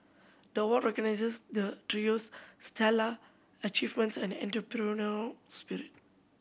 the award recognises the trio's stellar achievements and entrepreneurial spirit